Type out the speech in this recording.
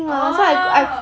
orh